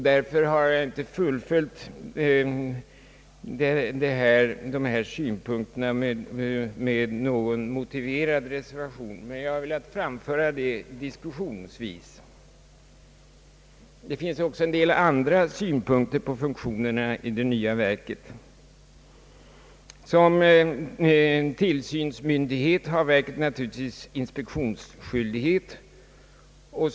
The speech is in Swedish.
Därför har jag inte fullföljt dessa mina synpunkter med någon motiverad reservation. Jag har emellertid velat framföra dem i debatten. Det finns emellertid även andra synpunkter på funktionerna i det nya verket. Som tillsynsmyndighet har verket inspektionsskyldighet.